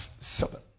seven